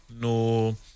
No